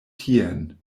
tien